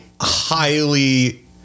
highly